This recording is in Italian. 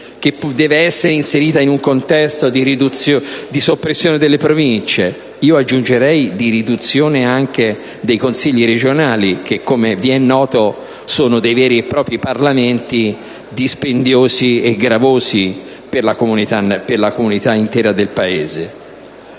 che deve essere inserita in un contesto di soppressione delle Province, cui io aggiungerei la riduzione dei Consigli regionali che, come vi è noto, sono dei veri e propri Parlamenti, dispendiosi e gravosi per la comunità intera del Paese.